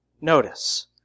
Notice